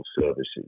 services